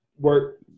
Work